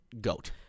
GOAT